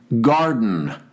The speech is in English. Garden